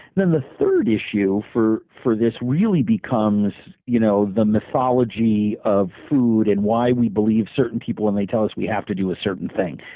then the third issue for for this really becomes you know the mythology of food and why we believe certain people when they tell us we have to do a certain thing.